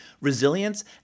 resilience